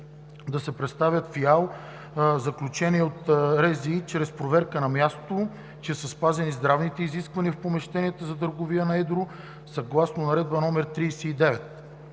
по лекарствата заключение от РЗИ след проверка на място, че са спазени здравните изисквания в помещенията за търговия на едро съгласно Наредба № 39.